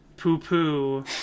poo-poo